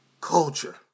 Culture